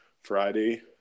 Friday